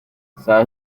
saa